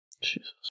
Jesus